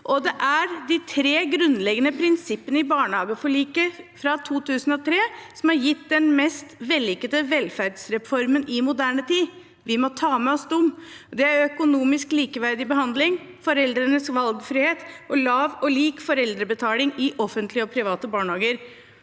Det er de tre grunnleggende prinsippene i barnehageforliket fra 2003 som har gitt den mest vellykkede velferdsreformen i moderne tid. Vi må ta med oss dem. Det er økonomisk likeverdig behandling, foreldrenes valgfrihet, lav og lik foreldrebetaling i offentlige og private barnehager